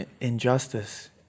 injustice